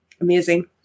amazing